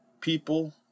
people